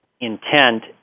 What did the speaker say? intent